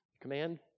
command